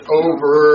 over